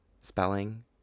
Spelling